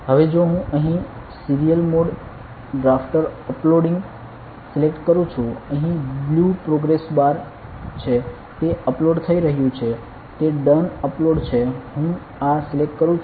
હવે જો હું અહીં serial mode drafter uploading select કરું છું અહીં બ્લુ પ્રોગ્રેસ બાર છે તે અપલોડ થઈ રહ્યું છે તે ડન અપલોડ છે હું આ સિલેક્ટ કરું છું